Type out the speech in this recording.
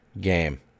game